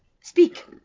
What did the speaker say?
Speak